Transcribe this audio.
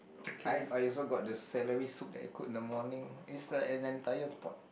I I also got the celery soup that I cook in the morning it's like an entire pot